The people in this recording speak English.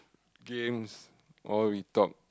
games all we talk